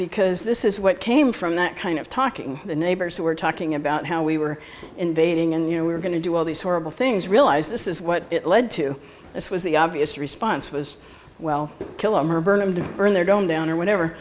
because this is what came from that kind of talking the neighbors who were talking about how we were invading and you know we were going to do all these horrible things realize this is what it led to this was the obvious response was well kill him or burn him to earn their own down or whatever